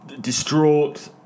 distraught